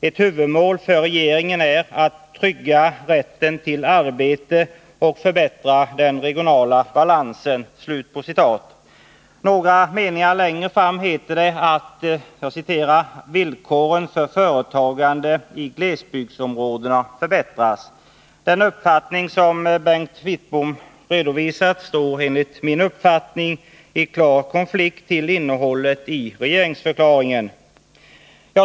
Ett huvudmål för regeringen är att trygga rätten till arbete och förbättra den regionala balansen.” Litet längre fram heter det: ”Villkoren för företagande i glesbygdsområdena förbättras.” Den uppfattning som Bengt Wittbom redovisat är enligt min uppfattning i klar konflikt med innehållet i regeringsförklaringen.